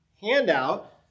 handout